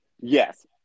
Yes